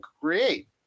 create